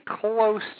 close